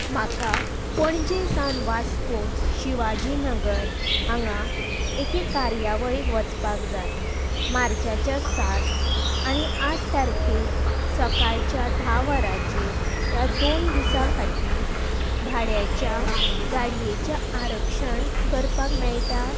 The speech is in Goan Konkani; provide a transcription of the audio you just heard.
म्हाका पणजे सान वास्को शिवाजीनगर हांगा एके कार्यावळीक वचपाक जाय मार्चाच्या सात आनी आठ तारखेक सकाळच्या धा वरांचेर ह्या दोन दिसां खातीर भाड्याच्या गाडयेचें आरक्षण करपाक मेळटा